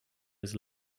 his